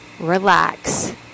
relax